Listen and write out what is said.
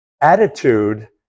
attitude